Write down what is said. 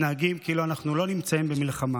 מתנהגים כאילו אנחנו לא נמצאים במלחמה.